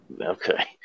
Okay